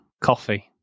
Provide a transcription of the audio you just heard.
Coffee